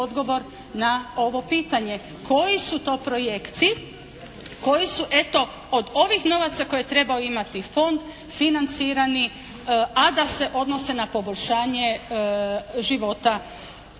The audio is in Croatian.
na ovo pitanje koji su to projekti koji su eto od ovih novaca koje je trebao imati fond financirani, a da se odnose na poboljšanje života,